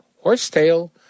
horsetail